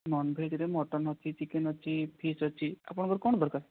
ନନଭେଜରେ mutton ଅଛି chicken ଅଛି fish ଅଛି ଆପଣଙ୍କର କ'ଣ ଦରକାର